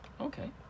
Okay